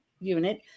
unit